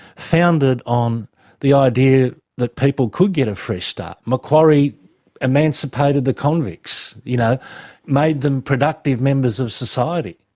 founded on the idea that people could get a fresh start. macquarie emancipated the convicts, you know made them productive members of society.